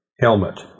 helmet